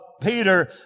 Peter